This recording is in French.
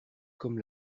comme